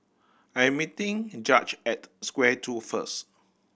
I'm meeting Judge at Square Two first